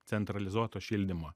centralizuoto šildymo